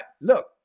Look